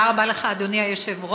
תודה רבה לך, אדוני היושב-ראש.